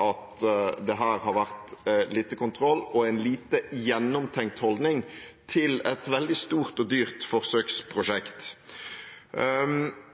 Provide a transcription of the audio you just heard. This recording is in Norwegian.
at det her har vært lite kontroll og en lite gjennomtenkt holdning til et veldig stort og dyrt forsøksprosjekt.